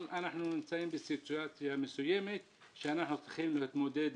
אבל אנחנו נמצאים בסיטואציה מסוימת אתה אנחנו צריכים להתמודד.